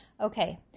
Okay